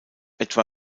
etwa